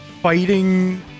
fighting